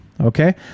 okay